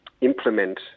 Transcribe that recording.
implement